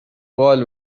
قال